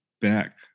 back